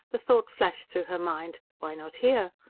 the thought flashed through her mind why not here?